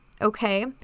okay